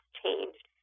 changed